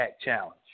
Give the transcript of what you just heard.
Challenge